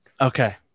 Okay